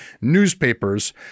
newspapers